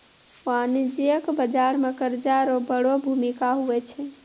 वाणिज्यिक बाजार मे कर्जा रो बड़ो भूमिका हुवै छै